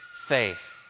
faith